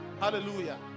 Hallelujah